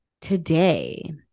today